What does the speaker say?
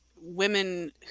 women